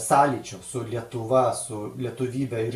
sąlyčio su lietuva su lietuvybe ir